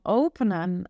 openen